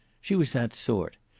she was that sort.